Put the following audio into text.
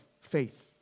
faith